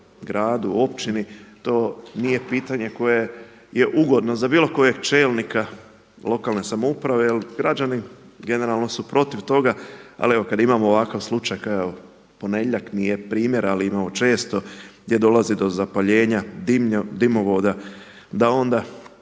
gradu, općini to nije pitanje koje je ugodno za bilo kojeg čelnika lokalne samouprave jer građani generalno su protiv toga. Ali evo, kad imamo ovakav slučaj, kad evo ponedjeljak nije primjer ali imamo često gdje dolazi do zapaljenja dimovoda, da onda